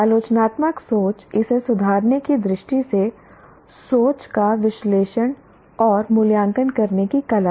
आलोचनात्मक सोच इसे सुधारने की दृष्टि से सोच का विश्लेषण और मूल्यांकन करने की कला है